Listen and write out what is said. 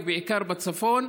ובעיקר בצפון.